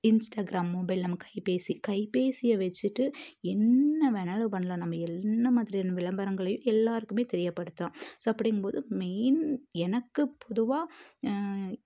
Instagram mobile நம்ம கைபேசி கைபேசியை வச்சுட்டு என்ன வேணாலும் பண்ணலாம் நம்ம என்ன மாதிரியான விளம்பரங்களையும் எல்லோருக்குமே தெரியப்படுத்தலாம் ஸோ அப்படிங்கும் போது மெயின் எனக்கு பொதுவாக